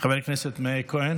חבר הכנסת מאיר כהן